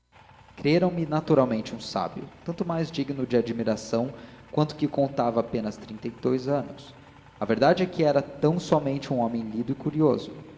moço creram me naturalmente um sábio tanto mais digno de admiração quanto que contava apenas trinta e dous anos a verdade é que era tão-somente um homem lido e curioso